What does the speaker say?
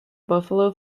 buffalo